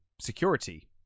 Security